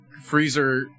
freezer